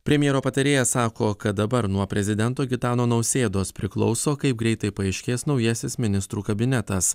premjero patarėjas sako kad dabar nuo prezidento gitano nausėdos priklauso kaip greitai paaiškės naujasis ministrų kabinetas